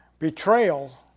Betrayal